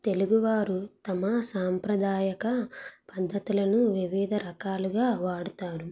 తెలుగువారు తమ సాంప్రదాయక పద్ధతులను వివిధ రకాలుగా వాడుతారు